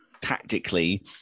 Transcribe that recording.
tactically